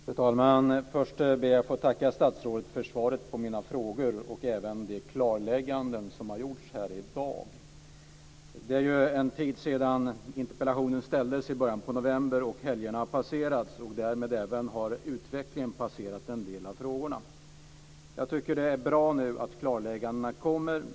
Fru talman! Först ber jag att få tacka statsrådet för svaret på mina frågor och även för de klarlägganden som har gjorts här i dag. Det är en tid sedan interpellationen ställdes i början av november. Helgerna har passerat, och därmed har även utvecklingen passerat en del av frågorna. Jag tycker att det är bra att klarläggandena nu kommer.